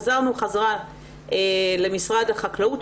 חזרנו למשרד החקלאות,